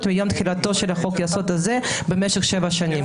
מיום תחילתו של חוק-יסוד הזה במשך שבע שנים".